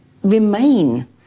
remain